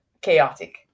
chaotic